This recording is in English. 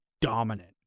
dominant